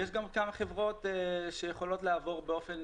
יש גם כמה חברות שיכולות לעבור באופן